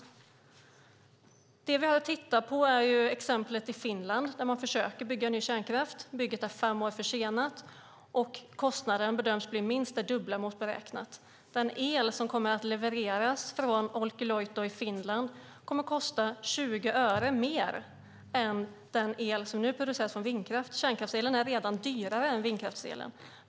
Det som vi har att titta på är exemplet i Finland där man försöker bygga ny kärnkraft. Bygget är fem år försenat, och kostnaden bedöms bli minst den dubbla mot beräknat. Den el som kommer att levereras från Olkiluoto i Finland kommer att kosta 20 öre mer än den el som nu produceras från vindkraft. Kärnkraftselen är redan dyrare än vindkraftselen.